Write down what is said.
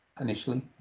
initially